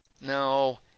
No